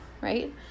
right